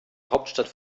hauptstadt